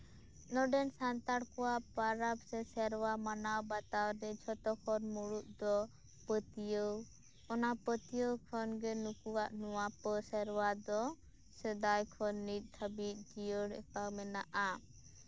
ᱱᱚᱸᱰᱮᱱ ᱥᱟᱱᱛᱟᱲ ᱠᱚᱣᱟᱜ ᱯᱚᱨᱚᱵ ᱥᱮ ᱥᱮᱨᱣᱟ ᱢᱟᱱᱟᱣᱼᱵᱟᱛᱟᱣ ᱨᱮ ᱡᱷᱚᱛᱚ ᱠᱷᱚᱱ ᱢᱩᱬᱩᱫ ᱫᱚ ᱯᱟᱹᱛᱭᱟᱹᱣ ᱚᱱᱟ ᱯᱟᱹᱛᱭᱟᱹᱣ ᱚᱱᱟ ᱯᱟᱹᱛᱭᱟᱹᱣ ᱱᱩᱠᱩᱣᱟᱜ ᱱᱚᱣᱟ ᱥᱮᱨᱣᱟ ᱫᱚ ᱥᱮᱫᱟᱭ ᱠᱷᱚᱱ ᱱᱤᱛ ᱫᱷᱟᱹᱵᱤᱡ ᱡᱤᱭᱟᱹᱲᱟᱠᱟ ᱢᱮᱱᱟᱜᱼᱟ